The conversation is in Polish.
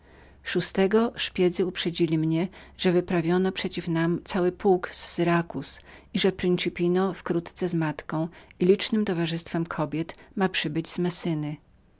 szóstego szpiegi uprzedzili mnie że wyprawiono przeciw nam cały pułk z syrakuzy i że principino wkrótce z matką i licznem towarzystwem kobiet ma przybyć